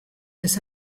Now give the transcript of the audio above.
this